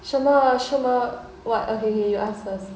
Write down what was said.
什么什么 what okay okay you ask first